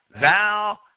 thou